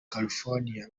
california